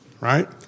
right